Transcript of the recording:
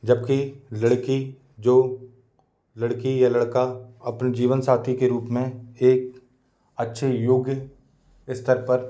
जब कि लड़की जो लड़की या लड़का अपने जीवन साथी के रूप में एक अच्छे योग्य स्तर पर